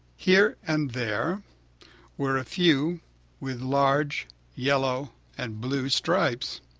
here and there were a few with large yellow and blue stripes.